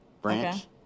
branch